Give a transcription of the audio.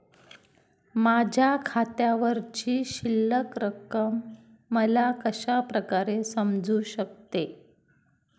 माझ्या खात्यावरची शिल्लक रक्कम मला कशा प्रकारे समजू शकते?